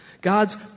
God's